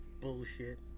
bullshit